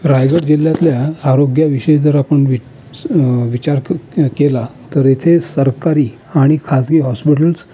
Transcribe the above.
रायगड जिल्हयातल्या आरोग्याविषयी जर आपण वि विचार केला तर इथे सरकारी आणि खासगी हॉस्पिटल्स